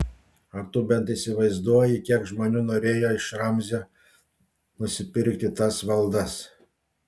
ar tu bent įsivaizduoji kiek žmonių norėjo iš ramzio nusipirkti tas valdas